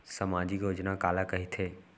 सामाजिक योजना काला कहिथे?